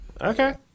Okay